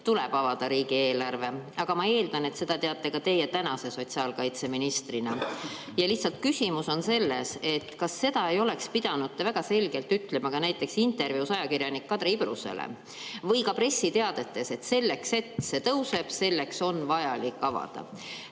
tuleb avada riigieelarve, aga ma eeldan, et seda teate tänase sotsiaalkaitseministrina ka teie. Lihtsalt küsimus on selles, kas seda ei oleks pidanud te väga selgelt ütlema ka näiteks intervjuus ajakirjanik Kadri Ibrusele või ka pressiteadetes, et selleks, et see [piir] tõuseks, on vajalik avada